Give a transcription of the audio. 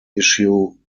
issue